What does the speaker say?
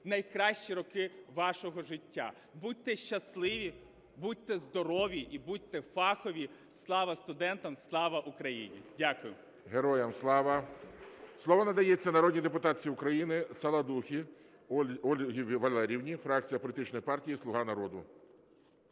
найкращі роки вашого життя. Будьте щасливі, будьте здорові і будьте фахові. Слава студентам, слава Україні! Дякую. ГОЛОВУЮЧИЙ. Героям Слава! Слово надається народній депутатці України Саладусі Ользі Валеріївні, фракція політичної партії "Слуга народу".